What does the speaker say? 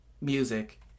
music